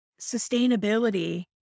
sustainability